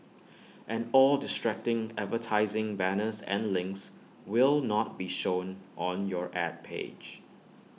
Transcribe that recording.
and all distracting advertising banners and links will not be shown on your Ad page